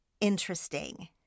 interesting